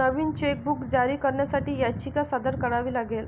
नवीन chequebook जारी करण्यासाठी याचिका सादर करावी लागेल